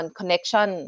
connection